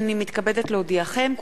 הנני מתכבדת להודיעכם,